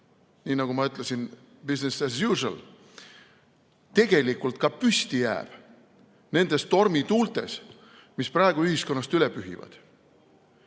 nii nagu ma ütlesin, business as usual, tegelikult ka püsti jääb nendes tormituultes, mis praegu ühiskonnast üle pühivad?